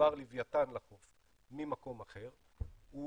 כשחובר לווייתן לחוף ממקום אחר, הוא